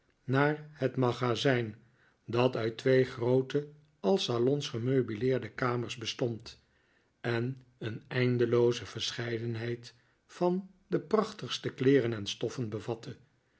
naar het magazijn dat uit twee groote als salons gemeubileerde kamers bestond en een eindelooze verscheidenheid van de prachtigste kleeren en stoffen bevatte